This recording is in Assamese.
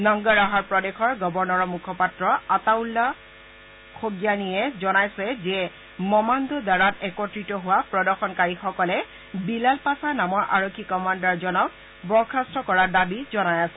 নংগৰহাৰ প্ৰদেশৰ গৱৰ্নৰৰ মুখপাত্ৰ আতাউল্লা খ'গ্যানিয়ে জনাইছে যে মমান্দ দাৰাত একত্ৰিত হোৱা প্ৰদৰ্শনকাৰীসকলে বিলাল পাছা নামৰ আৰক্ষী কমাণ্ডাৰজনক বৰ্খাস্ত কৰাৰ দাবী জনাই আছিল